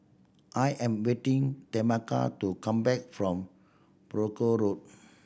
I am waiting Tameka to come back from Brooke Road